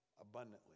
abundantly